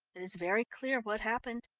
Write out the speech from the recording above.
it is very clear what happened.